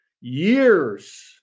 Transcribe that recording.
years